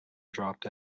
dropped